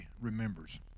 remembers